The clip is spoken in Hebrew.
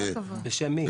בשם מי?